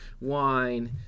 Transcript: wine